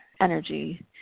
energy